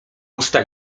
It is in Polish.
usta